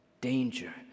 Danger